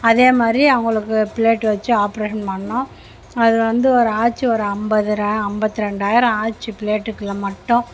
அதேமாதிரி அவங்களுக்கு ப்ளேட்டு வச்சு ஆப்ரேஷன் பண்ணோம் அது வந்து ஒரு ஆச்சு ஒரு ஐம்பது அம்பத்தி ரெண்டாயிரம் ஆச்சு ப்ளேட்டுக்கெல்லாம் மட்டும்